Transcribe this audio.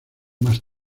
más